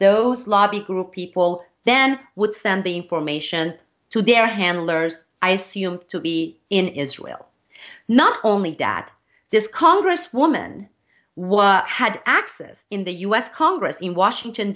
those lobby group people then would send the information to their handlers i c m to be in israel not only that this congresswoman was had access in the us congress in washington